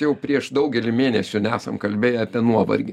jau prieš daugelį mėnesių nesam kalbėję apie nuovargį